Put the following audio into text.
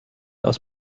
aus